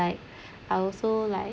I also like